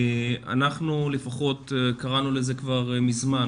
אנחנו לפחות קראנו לזה כבר מזמן,